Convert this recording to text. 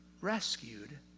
rescued